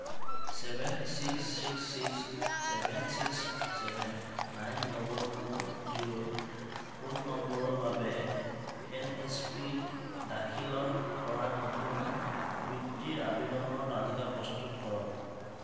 seven six six six seven six seven nine double four zero phone নম্বৰৰ বাবে N S পিত দাখিলত কৰা নতুন বৃত্তিৰ আবেদনৰ তালিকা প্ৰস্তুত কৰক